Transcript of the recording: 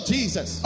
Jesus